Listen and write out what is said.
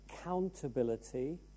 accountability